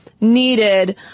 needed